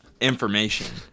information